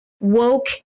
woke